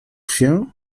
się